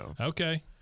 Okay